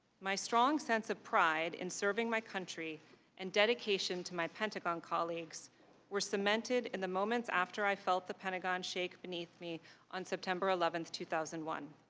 my strong sense of pride in serving my country and dedication to my pentagon colleagues were cemented in the moments after i felt the pentagon shake beneath me on september eleven, two thousand and one.